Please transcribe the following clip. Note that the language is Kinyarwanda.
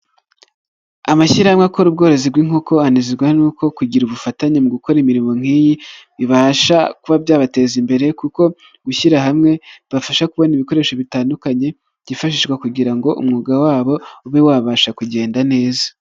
Amashyirahamwe akora ubworozi bw'inkoko anezezwa n'uko kugira ubufatanye mu gukora imirimo nk'iyi bibasha kuba byabateza imbere, kuko gushyira hamwe bibafasha kubona ibikoresho bitandukanye byifashishwa kugira ngo umwuga wabo ube wabasha kugenda neza.